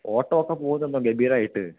auto ഒക്കെ പോവുന്നുണ്ടോ ഗംഭീരമായിട്ട്